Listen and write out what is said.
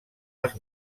els